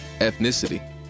Ethnicity